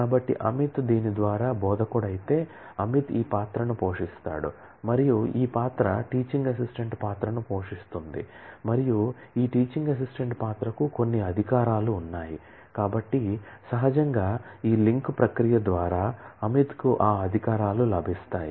కాబట్టి అమిత్ దీని ద్వారా బోధకుడైతే అమిత్ ఈ రోల్ ను పోషిస్తాడు మరియు ఈ రోల్ టీచింగ్ అసిస్టెంట్ రోల్ ను పోషిస్తుంది మరియు ఈ టీచింగ్ అసిస్టెంట్ రోల్ కు కొన్ని అధికారాలు ఉన్నాయి కాబట్టి సహజంగా ఈ లింక్ ప్రక్రియ ద్వారా అమిత్కు ఆ అధికారాలు లభిస్తాయి